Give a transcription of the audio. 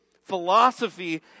Philosophy